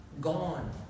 gone